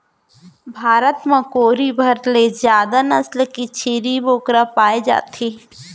भारत म कोरी भर ले जादा नसल के छेरी बोकरा पाए जाथे